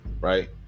right